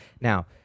Now